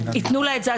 וייתנו לה את זה,